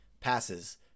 passes